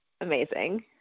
amazing